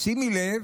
שימי לב,